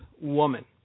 woman